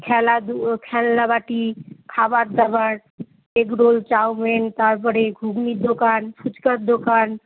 খেলাধু খেলনাবাটি খাবার দাবার এগ রোল চাউমিন তারপরে ঘুগনির দোকান ফুচকার দোকান